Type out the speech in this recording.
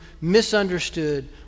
misunderstood